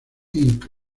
inc